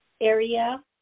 area